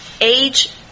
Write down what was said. age